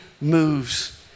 moves